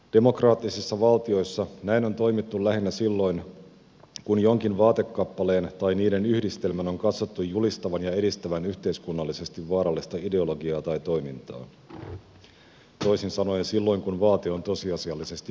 demokraattisissa valtioissa näin on toimittu lähinnä silloin kun jonkin vaatekappaleen tai niiden yhdistelmän on katsottu julistavan ja edistävän yhteiskunnallisesti vaarallista ideologiaa tai toimintaa toisin sanoen silloin kun vaate on tosiasiallisesti univormu